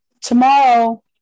tomorrow